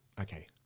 okay